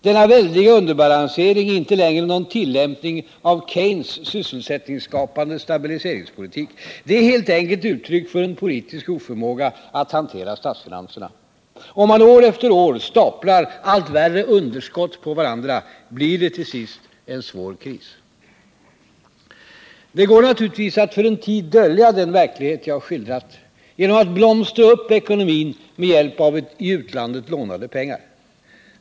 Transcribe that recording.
Denna väldiga underbalansering är inte längre någon tillämpning av Keynes sysselsättningsskapande stabiliseringspolitik. Det är helt enkelt uttryck för en politisk oförmåga att hantera statsfinanserna. Om man år efter år staplar allt värre underskott på varandra, blir det till sist en svår kris. Det går naturligtvis att för en tid dölja den verklighet jag har skildrat genom att blomstra upp ekonomin med hjälp av i utlandet lånade pengar.